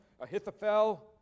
Ahithophel